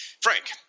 frank